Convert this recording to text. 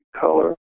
color